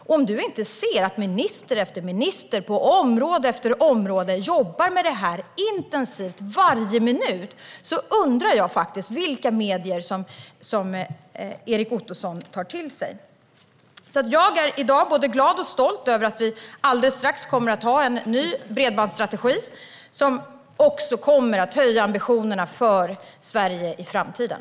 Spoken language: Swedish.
Om du, Erik Ottoson, inte ser att minister efter minister på område efter område jobbar intensivt med det här varje minut undrar jag faktiskt vilka medier som du tar del av. Jag är i dag både glad och stolt över att vi alldeles strax kommer att ha en ny bredbandsstrategi som också kommer att höja ambitionerna för Sverige i framtiden.